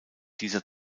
dieser